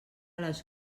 les